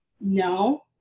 No